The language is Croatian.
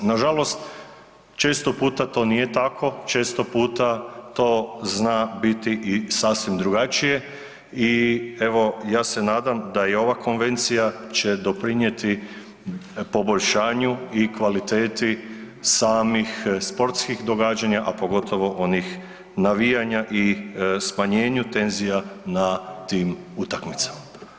Nažalost, često puta to nije tako, često puta to zna biti i sasvim drugačije i evo ja se nadam da i ova konvencija će doprinjeti poboljšanju i kvaliteti samih sportskih događanja, a pogotovo onih navijanja i smanjenju tenzija na tim utakmicama.